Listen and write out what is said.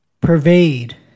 pervade